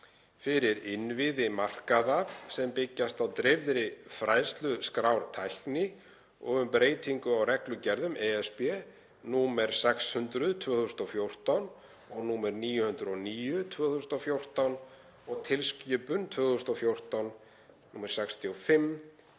fyrir innviði markaða sem byggjast á dreifðri færsluskrártækni og um breytingu á reglugerð (ESB) nr. 600/2014 og nr. 909/2014 og tilskipun 2014/65/ESB.